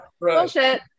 bullshit